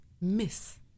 miss